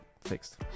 fixed